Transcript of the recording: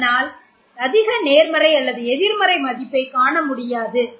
இதனால் அதிக நேர்மறை அல்லது எதிர்மறை மதிப்பை காணமுடியாது